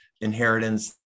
inheritance